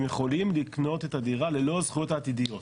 הם יכולים לקנות את הדירה ללא הזכויות העתידיות.